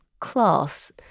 class